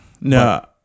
No